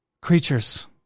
creatures